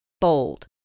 Bold